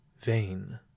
vain